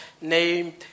named